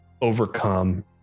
overcome